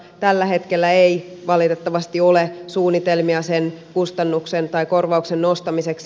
tällä hetkellä ei valitettavasti ole suunnitelmia sen korvauksen nostamiseksi